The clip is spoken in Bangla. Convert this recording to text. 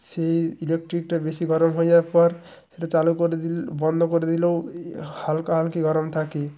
সেই ইলেকট্রিকটা বেশি গরম হয়ে যাওয়ার পর সেটা চালু করে দিন বন্ধ করে দিলেও হালকা হালকি গরম থাকে